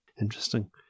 Interesting